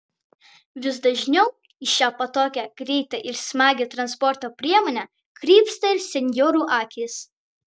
vis dažniau į šią patogią greitą ir smagią transporto priemonę krypsta ir senjorų akys